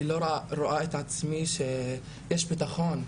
אני לא רואה שיש לי ביטחון.